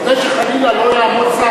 כדי שחלילה לא יעמוד שר,